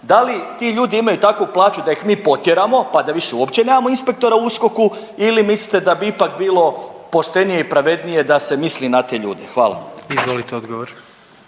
Da li ti ljudi imaju takvu plaću da ih mi potjeramo, pa da više uopće nemamo inspektora u USKOK-u ili mislite da bi ipak bilo poštenije i pravednije da se misli na te ljude? Hvala. **Jandroković,